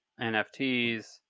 NFTs